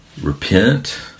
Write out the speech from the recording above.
Repent